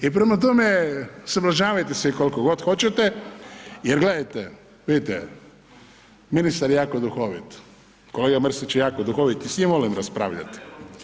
I prema tome, sablažnjavajte se koliko god hoćete jer gledajte vidite ministar je jako duhovit, kolega Mrsić je jako duhovit i s njim volim raspravljati.